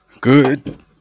Good